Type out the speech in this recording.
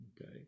Okay